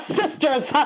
sisters